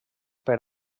per